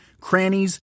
crannies